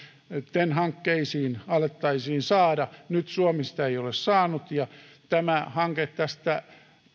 ten hankkeisiin alettaisiin saada nyt suomi ei ole sitä saanut ja hanke